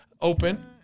open